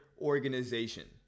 organization